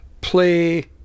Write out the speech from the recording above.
play